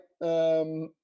right